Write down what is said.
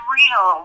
real